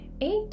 Eight